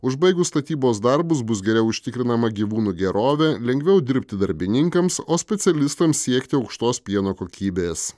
užbaigus statybos darbus bus geriau užtikrinama gyvūnų gerovė lengviau dirbti darbininkams o specialistams siekti aukštos pieno kokybės